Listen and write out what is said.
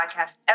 podcast